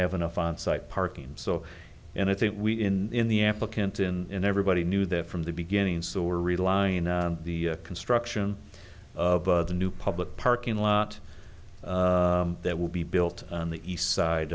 have enough onsite parking so and i think we in the applicant in everybody knew that from the beginning so we're relying on the construction of the new public parking lot that will be built on the east side